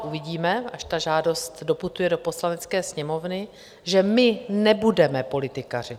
Uvidíme, až ta žádost doputuje do Poslanecké sněmovny, že my nebudeme politikařit.